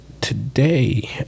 today